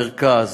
מרכז,